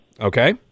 Okay